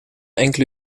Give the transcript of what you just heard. enkele